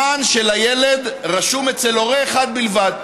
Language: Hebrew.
המען של הילד רשום אצל הורה אחד בלבד,